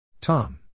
Tom